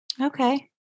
Okay